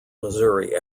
missouri